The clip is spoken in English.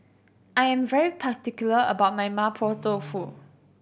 I am very particular about my Mapo Tofu